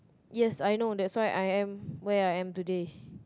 yes I know that's why I am where I am today